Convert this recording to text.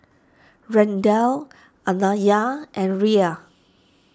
Randel Anaya and Rhea